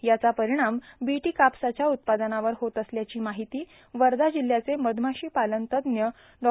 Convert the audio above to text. याचा परिणाम बीटी कापसाच्या उत्पादनावर होत असल्याची माहिती वर्धा जिल्ह्याचे मधमाशी पालन तज्ञ डॉ